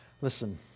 Listen